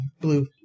blue